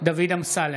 דוד אמסלם,